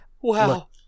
Wow